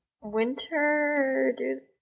winter